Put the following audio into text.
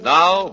now